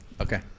Okay